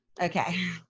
Okay